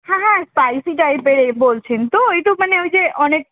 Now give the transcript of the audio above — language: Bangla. হ্যাঁ হ্যাঁ স্পাইসি টাইপের বলছেন তো ওই তো মানে ওই যে অনেক